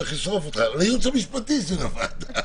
אני הולך לשרוף אותך לייעוץ המשפטי של הוועדה.